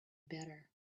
better